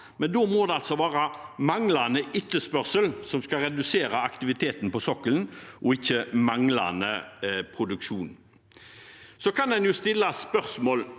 men da må det være manglende etterspørsel som skal redusere aktiviteten på sokkelen, ikke manglende produksjon. En kan jo stille spørsmål